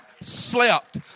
slept